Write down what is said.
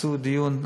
תעשו דיון,